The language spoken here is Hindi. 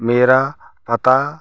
मेरा पता